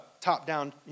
top-down